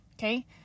Okay